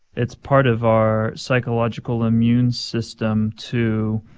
it's part of our psychological immune system to,